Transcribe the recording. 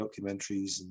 documentaries